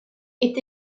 est